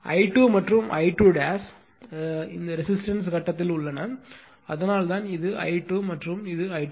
I2 மற்றும் I2 resistance கட்டத்தில் உள்ளன அதனால்தான் இது I2 மற்றும் இது I2